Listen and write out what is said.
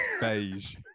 beige